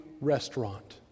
Restaurant